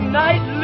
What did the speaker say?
night